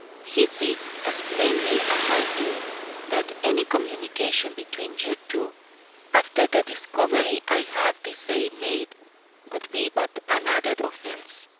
he sees as plainly as i do that any communication between you two after the discovery i have this day made would be but an added offence.